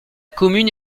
commune